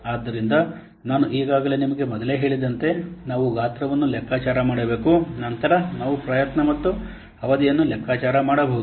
ಆದ್ದರಿಂದ ನಾನು ಈಗಾಗಲೇ ನಿಮಗೆ ಮೊದಲೇ ಹೇಳಿದಂತೆ ನಾವು ಗಾತ್ರವನ್ನು ಲೆಕ್ಕಾಚಾರ ಮಾಡಬೇಕು ನಂತರ ನಾವು ಪ್ರಯತ್ನ ಮತ್ತು ಅವಧಿಯನ್ನು ಲೆಕ್ಕಾಚಾರ ಮಾಡಬಹುದು